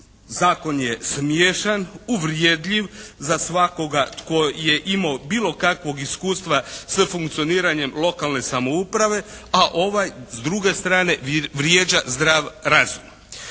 zakon je smiješan, uvredljiv za svakoga tko je imao bilo kakvog iskustva s funkcioniranjem lokalne samouprave a ovaj s druge strane vrijeđa zdrav razum.